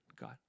God